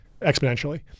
exponentially